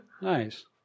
Nice